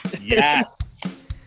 Yes